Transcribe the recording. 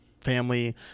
family